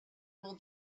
will